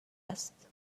است